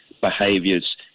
behaviors